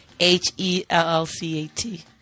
H-E-L-L-C-A-T